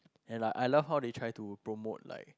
and like I love how they try to promote like